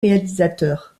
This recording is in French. réalisateur